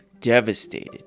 devastated